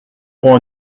aurons